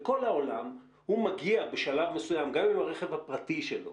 בכל העולם הוא מגיע בשלב מסוים גם עם הרכב הפרטי שלו.